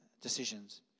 decisions